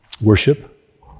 Worship